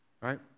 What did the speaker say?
right